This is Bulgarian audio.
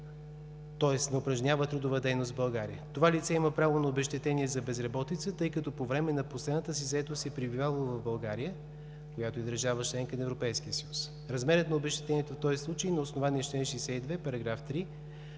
тоест не упражнява трудова дейност в България. Това лице има право на обезщетение за безработица, тъй като по време на последната си заетост е пребивавало в България, която е държава – членка на Европейския съюз. Размерът на обезщетението в този случай е на основание чл. 62, § 3,